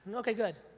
and okay, good.